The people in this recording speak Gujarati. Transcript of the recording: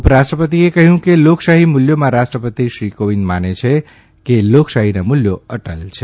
ઉપરાષ્ટ્રપતિએ કહ્યું કે લોકશાહી મૂલ્યોમાં રાષ્ટ્રપતિ ક્રોવિંદ માને છે કે લોકશાહીના મૂલ્યો અટલ છે